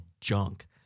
junk